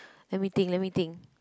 let me think let me think